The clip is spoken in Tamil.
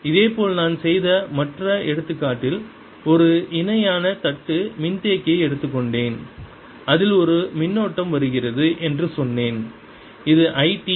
இதேபோல் நான் செய்த மற்ற எடுத்துக்காட்டில் நான் ஒரு இணையான தட்டு மின்தேக்கியை எடுத்துக்கொண்டேன் அதில் ஒரு மின்னோட்டம் வருகிறது என்று சொன்னேன் இது I t